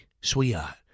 sweetheart